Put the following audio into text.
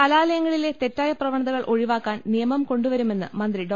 കലാലയങ്ങളിലെ തെറ്റായ പ്രവണതകൾ ഒഴിവാക്കാൻ നിയമം കൊണ്ടുവരുമെന്ന് മന്ത്രി ഡോ